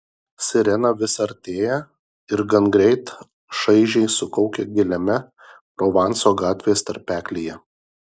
sirena vis artėja ir gangreit šaižiai sukaukia giliame provanso gatvės tarpeklyje